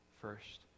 first